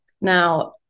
Now